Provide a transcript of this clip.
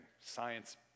science